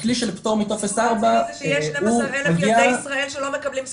הכלי של פטור מטופס 4 --- יש 12 אלף ילדי ישראל,